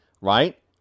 right